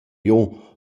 giò